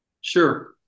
Sure